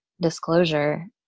disclosure